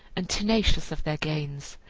and tenacious of their gains.